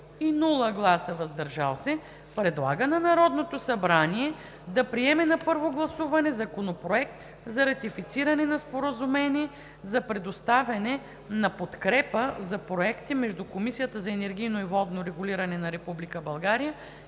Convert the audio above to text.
и без „въздържал се“ предлага на Народното събрание да приеме на първо гласуване Законопроект за ратифициране на Споразумение за предоставяне на подкрепа за проекти между Комисията за енергийно и водно регулиране на